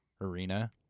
arena